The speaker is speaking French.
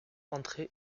entrer